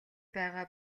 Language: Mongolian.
байгаа